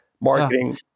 marketing